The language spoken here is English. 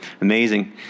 amazing